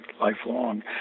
lifelong